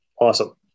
Awesome